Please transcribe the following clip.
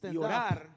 llorar